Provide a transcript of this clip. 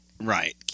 right